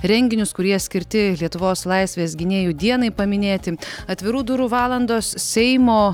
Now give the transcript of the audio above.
renginius kurie skirti lietuvos laisvės gynėjų dienai paminėti atvirų durų valandos seimo